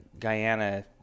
Guyana